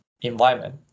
environment